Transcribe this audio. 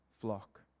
flock